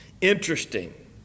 interesting